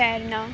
تیرنا